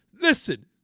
Listen